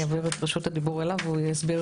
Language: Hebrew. אני אעביר את רשות הדיבור אליו והוא יסביר